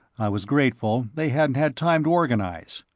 i was grateful they hadn't had time to organize.